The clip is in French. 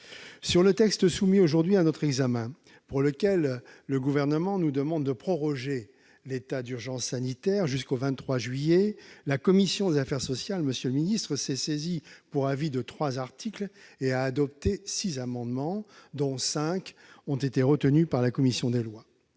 Sur le texte soumis aujourd'hui à notre examen, par lequel le Gouvernement nous demande de proroger l'état d'urgence sanitaire jusqu'au 23 juillet, la commission des affaires sociales s'est saisie pour avis de trois articles et a adopté six amendements, dont cinq ont été retenus par la commission des lois.